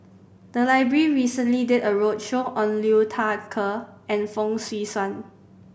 the library recently did a roadshow on Liu Thai Ker and Fong Swee Suan